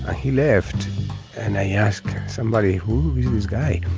ah he left and i asked somebody who is this guy.